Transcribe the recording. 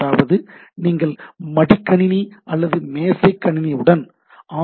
அதாவது நீங்கள் மடிக்கணினி அல்லது மேசைக்கணினியுடன் ஆர்